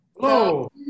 Hello